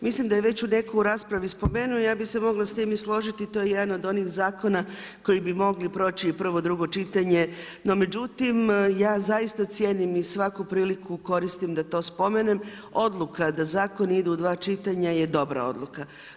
Mislim da je već netko u raspravi spomenuo, ja bih se mogla s time i složiti, to je jedan od onih zakona koji bi mogli proći prvo, drugo čitanje, no međutim ja zaista cijenim i svaki priliku koristim da to spomenem, odluka da zakoni idu u dva čitanja je dobra odluka.